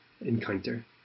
encounter